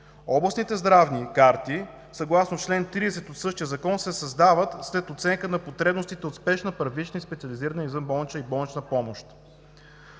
Областните здравни карти съгласно чл. 30 от същия закон се създават след оценка на потребностите от спешна първична и специализирана извънболнична и болнична помощ.